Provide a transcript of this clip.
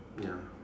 ya